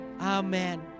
Amen